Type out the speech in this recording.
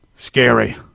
Scary